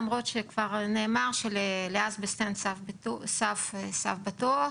למרות שכבר נאמר שלאסבסט אין סף פתוח,